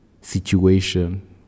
situation